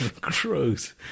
Gross